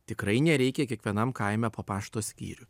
tikrai nereikia kiekvienam kaime po pašto skyrių